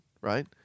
right